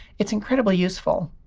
it's incredibly useful.